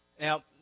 Now